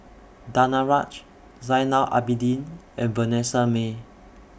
Danaraj Zainal Abidin and Vanessa Mae